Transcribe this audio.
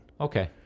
Okay